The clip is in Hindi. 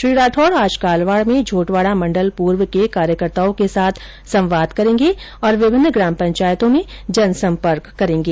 श्री राठौड आज कालवाड़ में झोटवाड़ा मण्डल पूर्व के कार्यकर्ताओं के साथ संवाद करेंगे और विभिन्न ग्राम पंचायतों में जनसंपर्क करेंगे